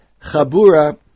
Chabura